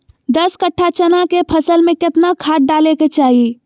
दस कट्ठा चना के फसल में कितना खाद डालें के चाहि?